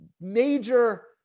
major